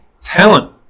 talent